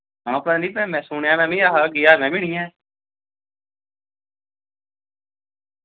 हां पता नी पै मैं सुनेआ मैं मि ऐ हा गेआ मैं मि नी ऐ